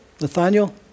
Nathaniel